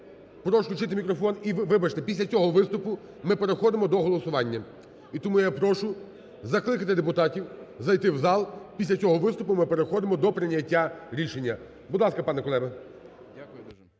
Прошу включити мікрофон. І вибачте, після цього виступу ми переходимо до голосування. І тому я прошу закликати депутатів зайти в зал. Після цього виступу ми переходимо до прийняття рішення. Будь ласка, пане Кулеба.